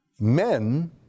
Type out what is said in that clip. Men